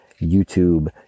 YouTube